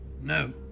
No